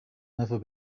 never